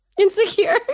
Insecure